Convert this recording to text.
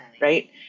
right